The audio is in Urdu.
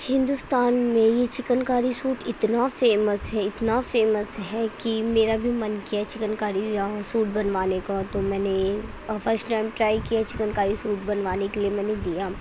ہندوستان میں یہ چکن کاری سوٹ اتنا فیمس ہے اتنا فیمس ہے کہ میرا بھی من کیا چکن کاری یہاں سوٹ بنوانے کا تو میں نے پروفیشنل ٹرائی کیا چکن کاری سوٹ بنوانے کے لیے میں نے دیا